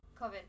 COVID